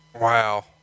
Wow